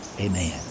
Amen